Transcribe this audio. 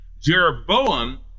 Jeroboam